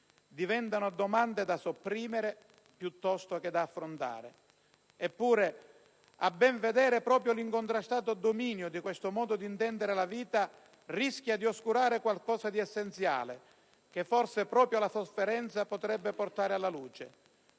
Diventano domande da sopprimere piuttosto che da affrontare. Eppure, a ben vedere, proprio l'incontrastato dominio di questo modo di intendere la vita rischia di oscurare qualcosa di essenziale, che forse proprio la sofferenza potrebbe portare alla luce.